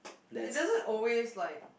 it doesn't always like